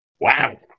Wow